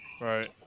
Right